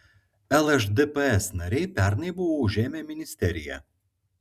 lšdps nariai pernai buvo užėmę ministeriją